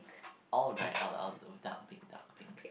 all right I'll I'll dark pink